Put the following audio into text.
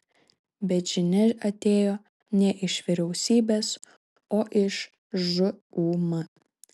bet žinia atėjo ne iš vyriausybės o iš žūm